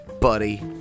buddy